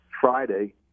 Friday